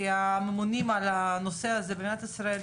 כממונים על הנושא הזה במדינת ישראל,